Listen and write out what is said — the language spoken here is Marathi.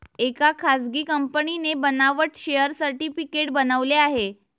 एका खासगी कंपनीने बनावट शेअर सर्टिफिकेट बनवले आहे